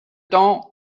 temps